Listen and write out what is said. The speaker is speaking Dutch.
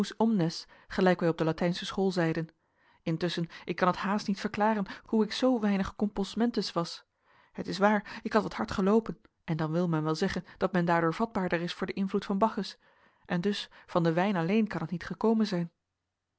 gelijk wij op de latijnsche school zeiden intusschen ik kan het haast niet verklaren hoe ik zoo weinig compos mentis was t is waar ik had wat hard geloopen en dan wil men wel zeggen dat men daardoor vatbaarder is voor den invloed van bacchus en dus van den wijn alleen kan het niet gekomen zijn